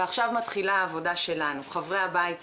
ועכשיו מתחילה העבודה שלנו, חברי הבית הזה,